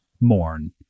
mourn